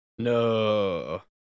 No